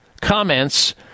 comments